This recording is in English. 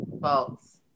False